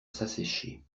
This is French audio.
s’assécher